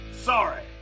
Sorry